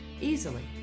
easily